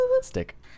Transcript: stick